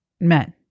men